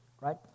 Right